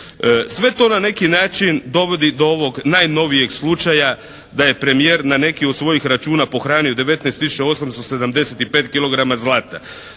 Sve to na neki način dovodi do ovog najnovijeg slučaja da je premijer na neki od svojih računa pohranio 19 tisuća